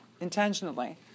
intentionally